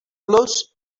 los